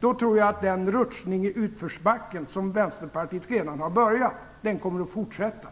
kommer den rutschning i utförsbacken som redan har börjat för Vänsterpartiet att fortsätta.